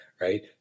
right